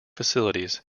facilities